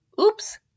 Oops